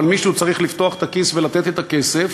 מישהו צריך לפתוח את הכיס ולתת את הכסף.